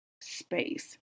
space